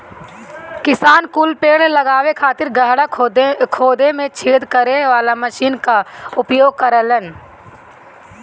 किसान कुल पेड़ लगावे खातिर गड़हा खोदे में छेद करे वाला मशीन कअ उपयोग करेलन